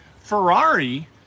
Ferrari